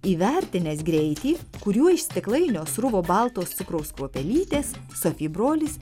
įvertinęs greitį kuriuo iš stiklainio sruvo baltos cukraus kruopelytės sofi brolis